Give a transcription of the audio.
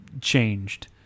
changed